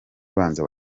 ubanza